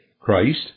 Christ